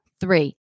three